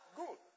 good